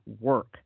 work